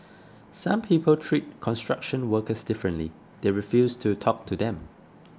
some people treat construction workers differently they refuse to talk to them